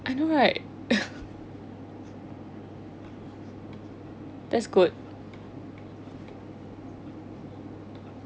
I know right that's good